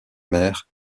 mère